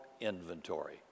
inventory